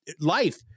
Life